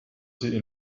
sie